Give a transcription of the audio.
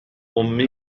أمي